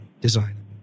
design